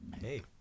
Hey